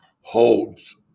holds